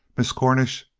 miss cornish,